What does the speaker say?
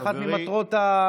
זו אחת ממטרות הליכוד,